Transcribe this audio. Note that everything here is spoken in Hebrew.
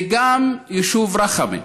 זה גם היישוב רח'מה,